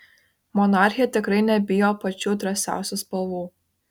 monarchė tikrai nebijo pačių drąsiausių spalvų